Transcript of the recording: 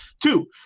Two